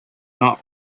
not